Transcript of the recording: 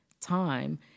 time